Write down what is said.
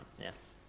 Yes